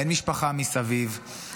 אין משפחה מסביב,